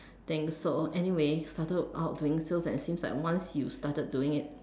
thing so anyway started out doing sales and it seems like once you started doing it